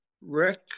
rick